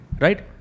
right